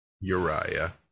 Uriah